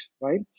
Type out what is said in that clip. right